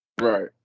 Right